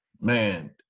Man